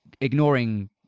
ignoring